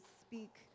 speak